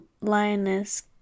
lioness